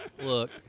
look